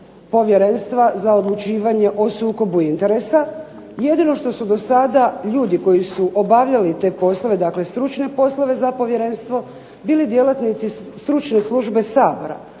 povjerenstva za odlučivanje o sukobu interesa. Jedino što su do sada ljudi koji su obavljali te poslove, dakle stručne poslove za povjerenstvo, bili djelatnici Stručke službe Sabora.